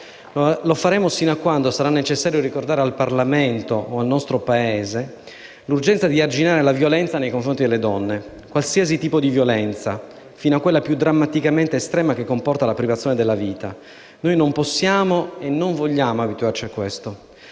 Lo faremo sino a quando sarà necessario ricordare al Parlamento e al nostro Paese l'urgenza di arginare la violenza nei confronti delle donne: qualsiasi tipo di violenza, fino a quella più drammaticamente estrema, che comporta la privazione della vita. Non possiamo e non vogliamo abituarci a questo.